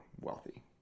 wealthy